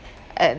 and